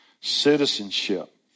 citizenship